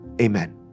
Amen